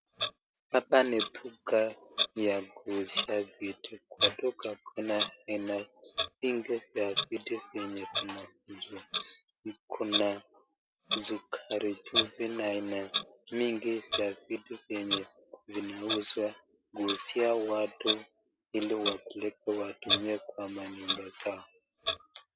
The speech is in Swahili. Hapa ni duka ya kuuzia vitu ,kwa duka kuna aina nyingi za vitu venye vinauzwa. Kuna sukari, chumvi na aina nyingi ya vitu vyenye vinauzwa. Huuzia watu ili wakuwepo watumie kwa manyumba zao.